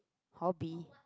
hobby